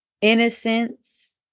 Innocence